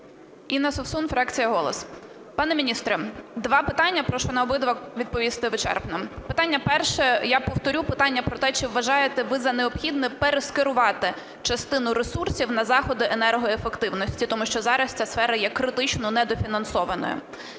Інна Совсун, фракція "Голос". Пане міністре, два питання, прошу на обидва відповісти вичерпно. Питання перше. Я повторю питання про те, чи вважаєте ви за необхідне перескерувати частину ресурсів на заходи енергоефективності? Тому що зараз ця сфера є критично недофінансованою.